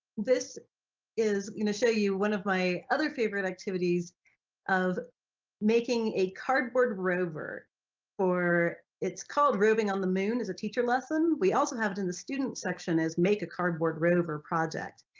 this is going to show you one of my other favorite activities of making a cardboard rover or it's called roving on the moon as a teacher lesson, we also have it in the student section as make a cardboard rover project,